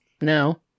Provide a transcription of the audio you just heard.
No